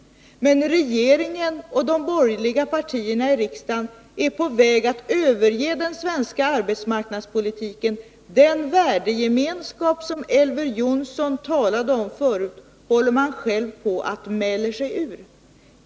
Men regeringen och de borgerliga partierna i riksdagen är på väg att överge den svenska arbetsmarknadspolitiken. Den värdegemenskap som Elver Jonsson talade om förut håller man på att mäla sig ur.